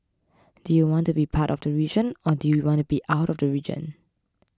do you want to be part of the region or do you want to be out of the region